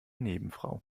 nebenfrau